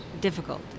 difficult